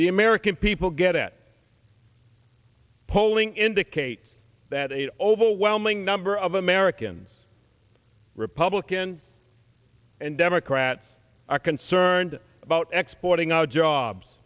the american people get at polling indicates that a overwhelming number of americans republicans and democrats are concerned about exporting out of jobs